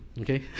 okay